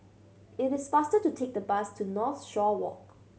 it is faster to take the bus to Northshore Walk